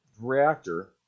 reactor